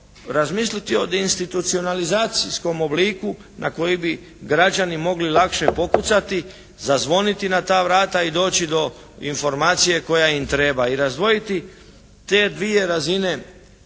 razmisliti o institucionalizacijskom obliku na koji bi građani mogli lakše pokucati, zazvoniti na ta vrata i doći do informacije koja im treba i razdvojiti te dvije razine odnosa